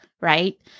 right